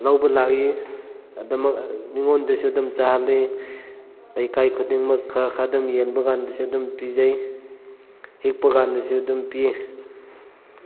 ꯂꯧꯕ ꯂꯥꯛꯏ ꯑꯗꯨꯝꯃꯛ ꯃꯤꯉꯣꯟꯗꯁꯨ ꯑꯗꯨꯝ ꯆꯥꯍꯜꯂꯤ ꯂꯩꯀꯥꯏ ꯈꯨꯗꯤꯡꯃꯛ ꯈꯔ ꯈꯔ ꯑꯗꯨꯝ ꯌꯦꯟꯕ ꯀꯥꯟꯗꯁꯨ ꯑꯗꯨꯝ ꯄꯤꯖꯩ ꯍꯦꯛꯄ ꯀꯥꯟꯗꯁꯨ ꯑꯗꯨꯝ ꯄꯤ